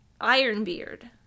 Ironbeard